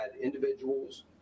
individuals